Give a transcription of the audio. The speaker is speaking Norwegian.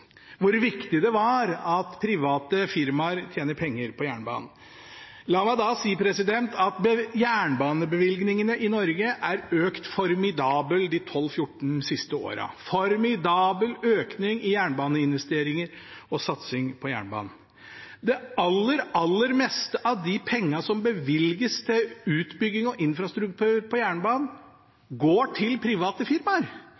hvor viktig det er at private firmaer tjener penger på jernbanen. La meg da si at jernbanebevilgningene i Norge har økt formidabelt de 12–14 siste årene – en formidabel økning i jernbaneinvesteringer og satsing på jernbanen. Det aller, aller meste av de pengene som bevilges til utbygging og infrastruktur på jernbanen, går til private firmaer.